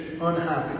unhappy